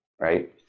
right